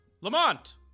Lamont